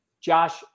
Josh